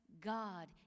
God